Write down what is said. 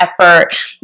effort